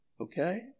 okay